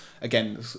again